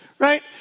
Right